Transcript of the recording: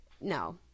No